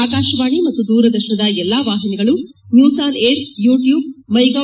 ಆಕಾಶವಾಣಿ ಮತ್ತು ದೂರದರ್ಶನದ ಎಲ್ಲಾ ವಾಹಿನಿಗಳು ನ್ಲೂಸ್ ಆನ್ ಏರ್ ಯೂಟ್ಲೂಬ್ ಮ್ನೆ ಗೌ